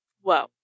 Whoa